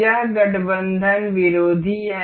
यह गठबंधन विरोधी है